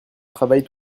travail